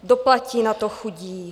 Doplatí na to chudí!